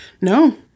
No